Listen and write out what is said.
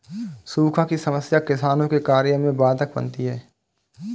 सूखा की समस्या किसानों के कार्य में बाधक बनती है